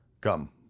Come